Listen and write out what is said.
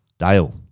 Dale